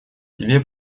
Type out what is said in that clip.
тебе